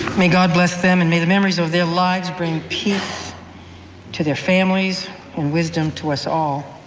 may god bless them and may the memories of their lives bring peace to their families and wisdom to us all.